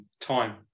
time